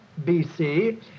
bc